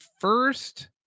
first